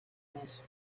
més